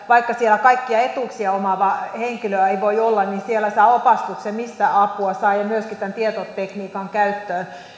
vaikka siellä yhteispalvelupisteissä kaikkia etuuksia omaavaa henkilöä ei aina voi olla niin siellä saa opastusta mistä apua saa ja myöskin tietotekniikan käyttöön